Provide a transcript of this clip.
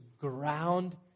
ground